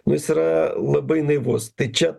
nu jis yra labai naivus tai čia